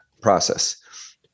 process